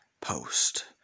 post